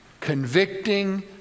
Convicting